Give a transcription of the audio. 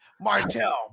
Martell